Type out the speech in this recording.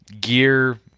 gear